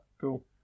Cool